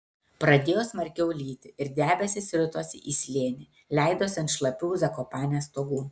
pradėjo smarkiau lyti ir debesys ritosi į slėnį leidosi ant šlapių zakopanės stogų